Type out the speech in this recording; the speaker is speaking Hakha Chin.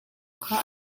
kha